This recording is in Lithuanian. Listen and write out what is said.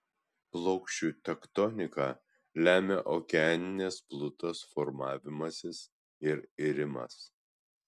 plokščių tektoniką lemia okeaninės plutos formavimasis ir irimas